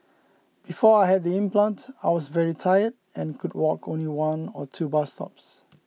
before I had the implant I was very tired and could walk only one or two bus stops